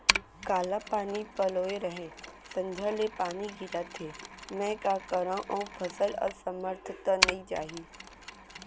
काली पानी पलोय रहेंव, संझा ले पानी गिरत हे, मैं का करंव अऊ फसल असमर्थ त नई जाही?